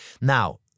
Now